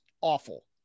Awful